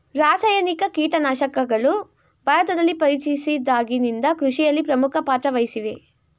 ರಾಸಾಯನಿಕ ಕೀಟನಾಶಕಗಳು ಭಾರತದಲ್ಲಿ ಪರಿಚಯಿಸಿದಾಗಿನಿಂದ ಕೃಷಿಯಲ್ಲಿ ಪ್ರಮುಖ ಪಾತ್ರ ವಹಿಸಿವೆ